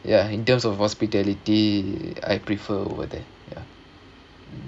ya in terms of hospitality I prefer over there ya